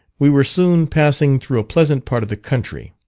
we were soon passing through a pleasant part of the country.